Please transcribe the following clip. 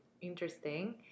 interesting